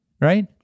Right